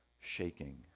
shaking